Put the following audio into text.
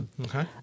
Okay